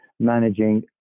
managing